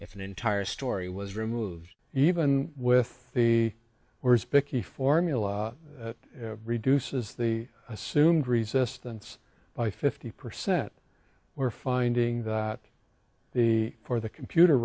if an entire story was removed even with the worst picky formula that reduces the assumed resistance by fifty percent we're finding that the for the computer